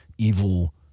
evil